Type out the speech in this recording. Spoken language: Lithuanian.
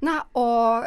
na o